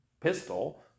pistol